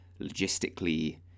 logistically